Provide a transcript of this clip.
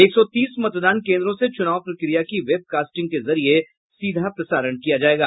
एक सौ तीस मतदान केन्द्रों से चुनाव प्रक्रिया का वेब कास्टिंग के जरिये सीधा प्रसारण किया जायेगा